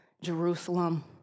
Jerusalem